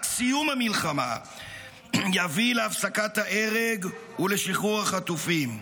רק סיום המלחמה יביא להפסקת ההרג ולשחרור החטופים,